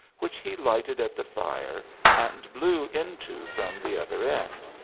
which he lighted at the fire and blew into from the other end.